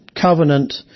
covenant